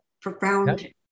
profound